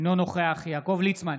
אינו נוכח יעקב ליצמן,